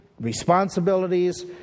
responsibilities